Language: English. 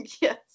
yes